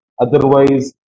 Otherwise